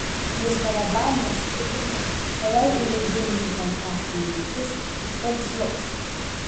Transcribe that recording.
jis kone baiminosi tikrinti o jei ūmai gimusi fantastinė viltis iškart žlugs